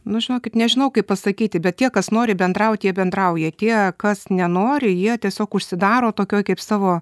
nu žinokit nežinau kaip pasakyti bet tie kas nori bendrauti jie bendrauja tie kas nenori jie tiesiog užsidaro tokioj kaip savo